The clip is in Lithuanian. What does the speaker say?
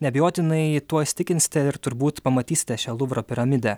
neabejotinai tuo įsitikinsite ir turbūt pamatysite šią luvro piramidę